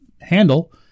handle